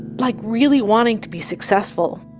like really wanting to be successful.